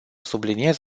subliniez